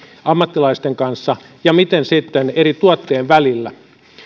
ammattilaisten kanssa ja miten sitten eri tuottajien välillä